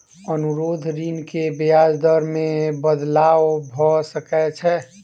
अनुरोध ऋण के ब्याज दर मे बदलाव भ सकै छै